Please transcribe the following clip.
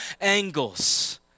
angles